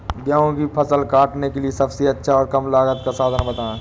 गेहूँ की फसल काटने के लिए सबसे अच्छा और कम लागत का साधन बताएं?